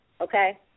okay